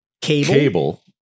cable